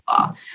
law